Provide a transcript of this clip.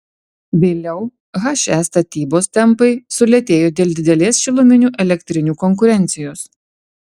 vėliau he statybos tempai sulėtėjo dėl didelės šiluminių elektrinių konkurencijos